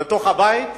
בתוך הבית,